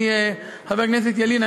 חבר הכנסת ילין,